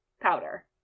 powder